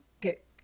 get